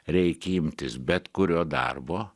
reikia imtis bet kurio darbo